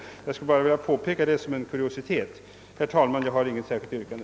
Jag har bara velat påpeka detta som en kuriositet. Herr talman! Jag har inget särskilt yrkande.